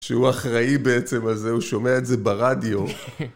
שהוא אחראי בעצם על זה, הוא שומע את זה ברדיו.